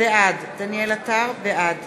בעד